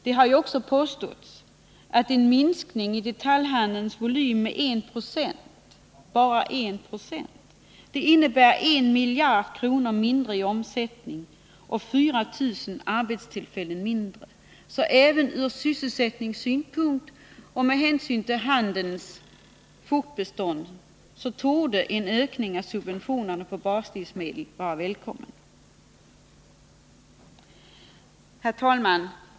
Det har ju också påståtts att en minskning av detaljhandelns volym med bara 1 96 innebär en miljard kronor mindre i omsättning och 4 000 arbetstillfällen mindre. Så även från sysselsättningssynpunkt och med hänsyn till handelns fortbestånd torde en ökning av subventionerna beträffande baslivsmedel vara välkommen.